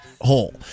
hole